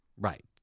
Right